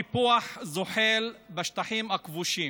סיפוח זוחל בשטחים הכבושים.